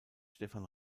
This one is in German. stefan